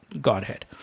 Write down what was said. Godhead